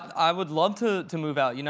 i would love to to move out. you know